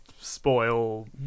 spoil